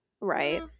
Right